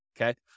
okay